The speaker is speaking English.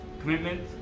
Commitment